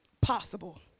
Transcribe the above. possible